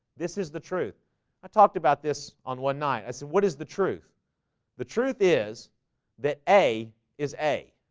this is the truth i talked about this on one night. i said what is the truth the truth? is that a is a